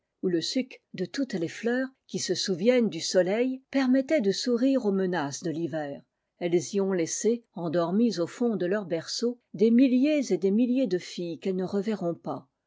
où le suc de toutes les fleurs qui se souv nent du soleil permettait de sourire aux menaces de thiver elles y ont laî sé endoiv mies au fond de leurs berceaux des milliers et des milliers de filles qu'elles ne reverront pas